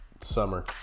Summer